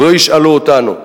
ולא ישאלו אותנו.